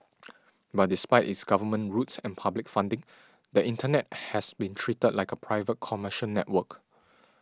but despite its government roots and public funding the Internet has been treated like a private commercial network